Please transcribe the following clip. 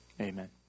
Amen